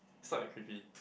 it's not that creepy